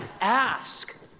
Ask